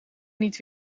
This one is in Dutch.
niet